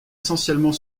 essentiellement